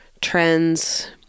trends